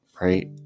right